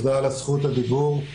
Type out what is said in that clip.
תודה על זכות הדיבור.